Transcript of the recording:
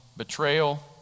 Betrayal